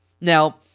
Now